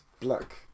black